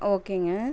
ஓகேங்க